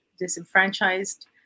disenfranchised